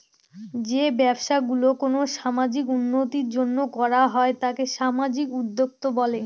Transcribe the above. যে ব্যবসা গুলো কোনো সামাজিক উন্নতির জন্য করা হয় তাকে সামাজিক উদ্যক্তা বলে